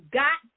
got